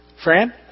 Fran